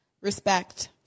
respect